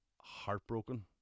heartbroken